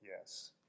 Yes